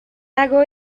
lago